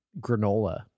granola